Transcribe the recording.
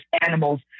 animals